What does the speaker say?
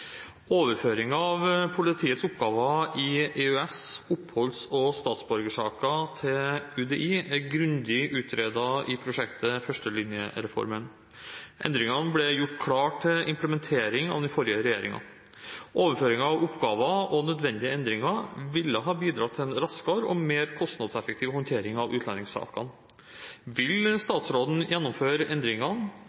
«Overføringen av politiets oppgaver i EØS, oppholds- og statsborgersaker til UDI, er grundig utredet i prosjekt førstelinjereformen. Endringene ble gjort klare til implementering av den forrige regjering. Overføringen av oppgaver og nødvendige endringer ville bidratt til en raskere og mer kostnadseffektiv håndtering av utlendingssakene. Vil